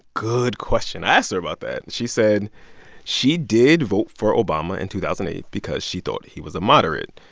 good question. i asked her about that. she said she did vote for obama in two thousand and eight because she thought he was a moderate.